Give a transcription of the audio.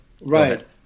Right